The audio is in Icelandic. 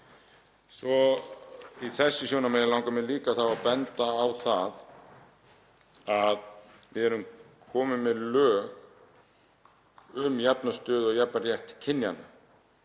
Í þessu sjónarmiði langar mig líka að benda á að við erum komin með lög um jafna stöðu og jafnan rétt kynjanna.